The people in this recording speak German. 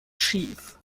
schief